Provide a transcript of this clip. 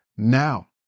Now